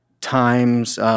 times